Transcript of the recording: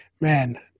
man